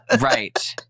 Right